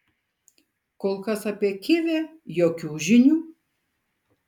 kol kas apie kivę jokių žinių